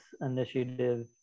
initiative